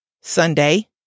Sunday